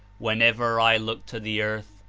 whenever i look to the earth,